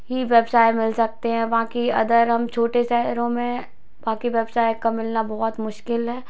ही व्यवसाय मिल सकते हैं बाकी अदर हम छोटे शहरों में बाकी व्यवसाय का मिलना बहुत मुश्किल है